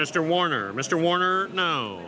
mr warner mr warner kno